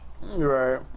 right